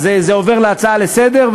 אז זה עובר להצעה לסדר-היום,